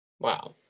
Wow